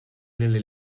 nelle